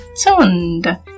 tuned